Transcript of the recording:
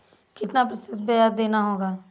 कितना प्रतिशत ब्याज देना होगा?